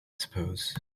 suppose